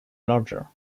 larger